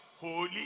holy